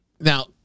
Now